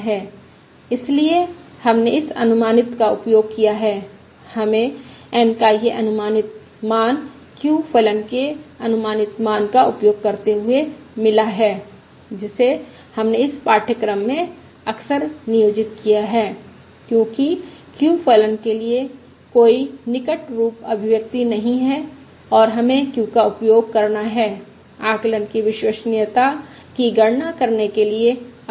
इसलिए हमने इस अनुमानित का उपयोग किया है हमें N का यह अनुमानित मान q फलन के अनुमानित मान का उपयोग करते हुए मिला है जिसे हमने इस पाठ्यक्रम में अक्सर नियोजित किया है क्योंकि q फलन के लिए कोई निकट रूप अभिव्यक्ति नहीं है और हमें q का उपयोग करना होगा आकलन की विश्वसनीयता की गणना करने के लिए अक्सर कार्य करते हैं